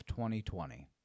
2020